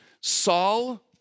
Saul